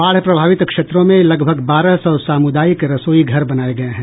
बाढ़ प्रभावित क्षेत्रों में लगभग बारह सौ सामुदायिक रसोई घर बनाये गये हैं